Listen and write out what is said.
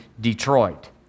Detroit